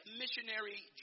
missionary